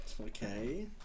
Okay